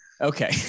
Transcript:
Okay